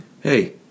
hey